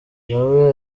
nawe